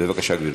בבקשה, גברתי.